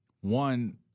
one